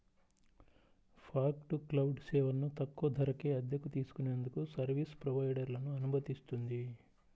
fog to cloud సేవలను తక్కువ ధరకే అద్దెకు తీసుకునేందుకు సర్వీస్ ప్రొవైడర్లను అనుమతిస్తుంది